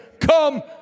come